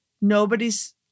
nobody's